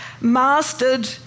mastered